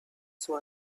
soon